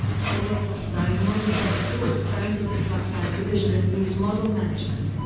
former plus-size model becca thorpe founded the plus-size division at muse model management,